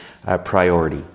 priority